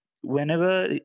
whenever